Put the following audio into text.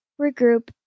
regroup